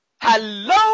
Hello